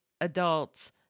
adults